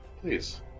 please